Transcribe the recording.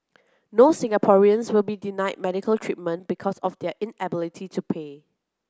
no Singaporean will be denied medical treatment because of their inability to pay